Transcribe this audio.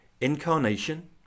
Incarnation